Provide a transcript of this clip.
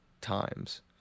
times